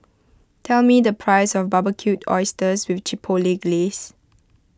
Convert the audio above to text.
tell me the price of Barbecued Oysters with Chipotle Glaze